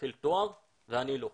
להתחיל תואר ואני לא.